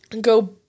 Go